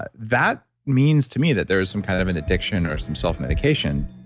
that that means to me that there's some kind of an addiction or some self-medication